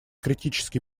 критический